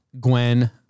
Gwen